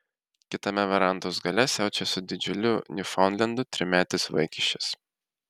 kitame verandos gale siaučia su didžiuliu niufaundlendu trimetis vaikiščias